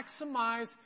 maximize